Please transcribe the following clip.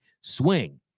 swing